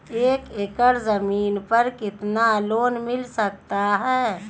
एक एकड़ जमीन पर कितना लोन मिल सकता है?